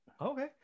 okay